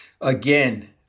Again